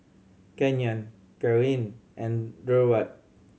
Canyon Kaaren and Durward